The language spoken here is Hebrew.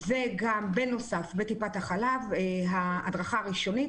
בנוסף, בטיפת החלב מתקיימת ההדרכה הראשונית.